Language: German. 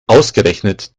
ausgerechnet